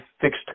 fixed